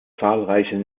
zahlreiche